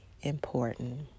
important